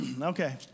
Okay